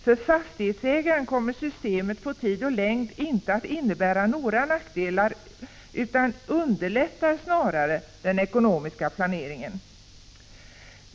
För fastighetsägaren kommer systemet låt mig säga på tid och längd inte att innebära några nackdelar utan underlättar snarare den ekonomiska planeringen.